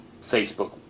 Facebook